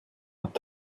hat